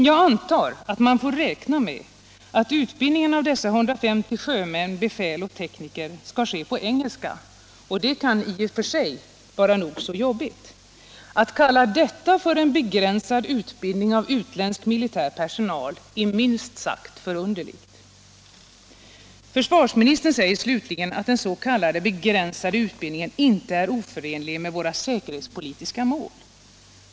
Jag antar att man får räkna med att utbildningen av dessa 150 sjömän, befäl och tekniker skall ske på engelska, och det kan i och för sig vara nog så jobbigt. Att kalla detta för en begränsad utbildning av utländsk militär personal är minst sagt förunderligt. Försvarsministern säger slutligen att denna s.k. begränsade utbildning inte är oförenlig med våra säkerhetspolitiska mål.